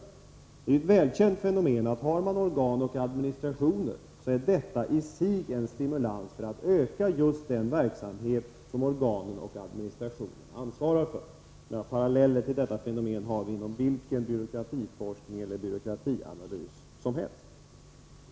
Det är ett välkänt fenomen att, om man har organ och administration så är detta i sig en stimulans för att öka just den verksamhet som organen och administrationen ansvarar för. Paralleller till detta fenomen ser vi inom alla byråkratier.